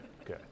Okay